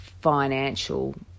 financial